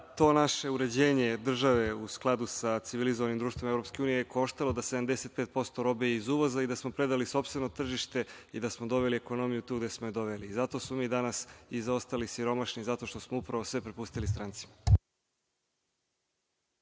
To naše uređenje države u skladu sa civilizovanim društvom EU koštalo je da 75% robe iz uvoza i da smo predali sopstveno tržište i da smo doveli ekonomiju tu gde smo je doveli. Zato smo mi danas i ostali siromašni zato što smo upravo sve prepustili strancima.